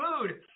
food